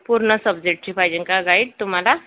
पूर्ण सब्जेक्टची पाहिजेन का गाईड तुम्हाला